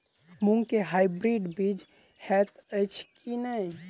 मूँग केँ हाइब्रिड बीज हएत अछि की नै?